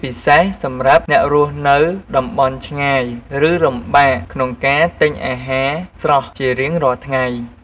ពិសេសសម្រាប់អ្នករស់នៅតំបន់ឆ្ងាយឬលំបាកក្នុងការទិញអាហារស្រស់ជារៀងរាល់ថ្ងៃ។